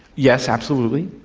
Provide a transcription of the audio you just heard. yes, absolutely,